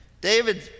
David